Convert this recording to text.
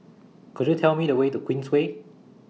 Could YOU Tell Me The Way to Queensway